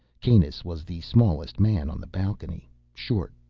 kanus was the smallest man on the balcony short,